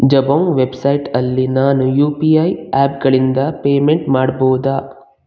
Jabong ವೆಬ್ಸೈಟಲ್ಲಿ ನಾನು U P I ಆ್ಯಪ್ಗಳಿಂದ ಪೇಮೆಂಟ್ ಮಾಡ್ಬೋದಾ